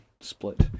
split